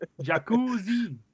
Jacuzzi